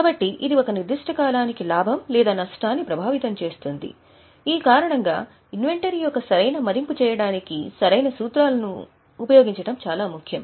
కాబట్టి ఇది ఒక నిర్దిష్ట కాలానికి లాభం లేదా నష్టాన్ని ప్రభావితం చేస్తుంది ఈ కారణంగా ఇన్వెంటరీ యొక్క సరైన మదింపు చేయడానికి సరైన సూత్రాలను వర్తింపచేయడం చాలా ముఖ్యం